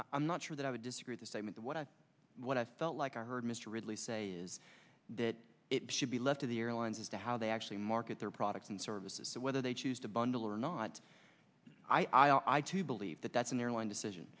i'm not sure that i would disagree the statement that what i what i felt like i heard mr ridley say is that it should be left to the airlines as to how they actually market their products and services whether they choose to bundle or not i'll i to believe that that's an airline decision